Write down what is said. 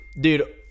Dude